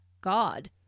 God